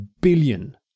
billion